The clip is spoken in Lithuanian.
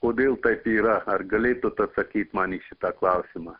kodėl taip yra ar galėtut atsakyti man į šitą klausimą